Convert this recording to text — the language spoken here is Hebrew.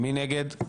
מי נגד?